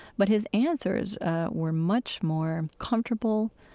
but his answers were much more comfortable.